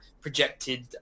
projected